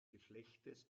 geschlechtes